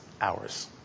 hours